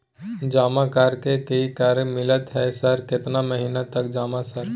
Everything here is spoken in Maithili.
जमा कर के की कर मिलते है सर केतना महीना तक जमा सर?